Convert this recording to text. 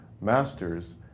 masters